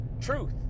truth